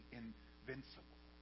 invincible